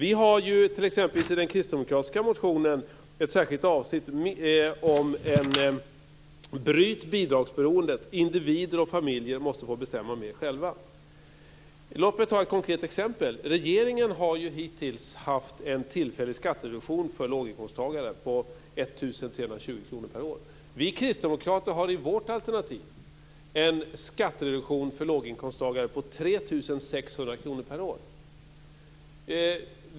I den kristdemokratiska motionen har vi t.ex. ett särskilt avsnitt om att man ska bryta bidragsberoendet. Individer och familjer måste få bestämma mer själva. Låt mig ta ett konkret exempel. Regeringen har ju hittills haft en tillfällig skattereduktion för låginkomsttagare på 1 320 kr per år. Vi kristdemokrater har i vårt alternativ en skattereduktion för låginkomsttagare på 3 600 kr per år.